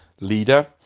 leader